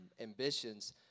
ambitions